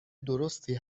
درستی